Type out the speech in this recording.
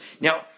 Now